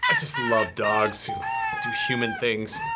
ah just love dogs who do human things.